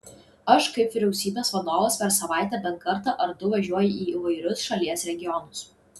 aš kaip vyriausybės vadovas per savaitę bent kartą ar du važiuoju į įvairius šalies regionus